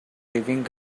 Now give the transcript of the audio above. living